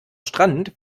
strand